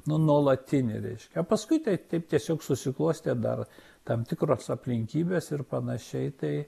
nu nuolatinį reiškia paskui tai taip tiesiog susiklostė dar tam tikros aplinkybės ir panašiai tai